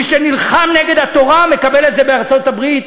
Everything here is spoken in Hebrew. מי שנלחם נגד התורה מקבל את זה בארצות-הברית,